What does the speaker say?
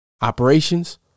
Operations